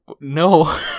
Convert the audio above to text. no